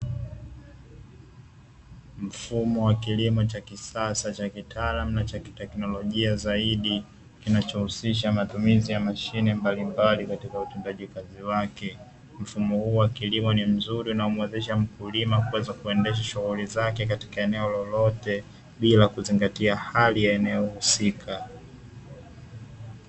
Mfumo wa kilimo cha kisasa cha kitaalamu na cha kiteknolojia zaidi, kinachohusisha matumizi ya mashine mbalimbali katika utendaji kazi wake. Mfumo huu ni mzuri unaomuwezesha mkulima kuweza kuendesha shughuli zake katika eneo lolote, bila kuzingatia hali ya eneo husika.